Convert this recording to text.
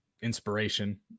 inspiration